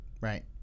right